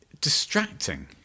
distracting